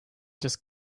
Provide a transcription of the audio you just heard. just